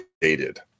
dated